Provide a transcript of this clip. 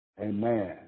Amen